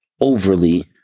overly